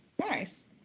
nice